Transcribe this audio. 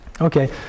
Okay